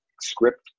script